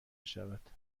بشود